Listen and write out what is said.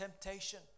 temptation